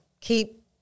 Keep